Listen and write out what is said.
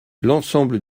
l’ensemble